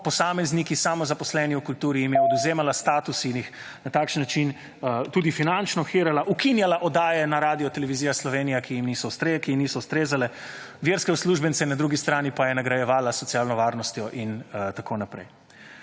posamezniki samozaposleni v kulturi jim je odvzemala status in jih na tak način tudi finančno hirala. Ukinjala oddaje na Radioteleviziji Slovenija, ki jim niso ustrezale. Verske uslužbence na drugi strani pa je nagrajevala s socialno varnostjo in tako naprej.